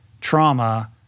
trauma